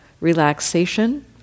relaxation